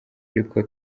ariko